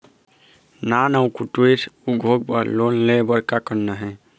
नान अउ कुटीर उद्योग बर लोन ले बर का करना हे?